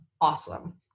awesome